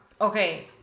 Okay